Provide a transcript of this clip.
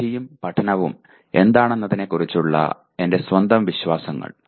ബുദ്ധിയും പഠനവും എന്താണെന്നതിനെക്കുറിച്ചുള്ള എന്റെ സ്വന്തം വിശ്വാസങ്ങൾ